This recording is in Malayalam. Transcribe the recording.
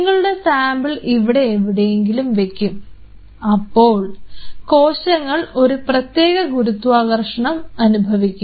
നിങ്ങളുടെ സാമ്പിൾ ഇവിടെ എവിടെയെങ്കിലും വെക്കും അപ്പോൾ കോശങ്ങൾ ഒരു പ്രത്യേക ഗുരുത്വാകർഷണം അനുഭവിക്കും